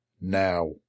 now